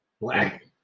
Black